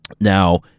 Now